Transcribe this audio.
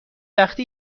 وقتی